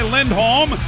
Lindholm